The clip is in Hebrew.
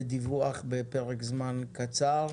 לדיווח בפרק זמן קצר.